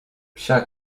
psia